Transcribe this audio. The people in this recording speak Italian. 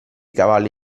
cavalli